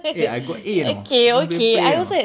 eh I got A you know don't play play you know